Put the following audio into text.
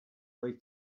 ray